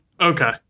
Okay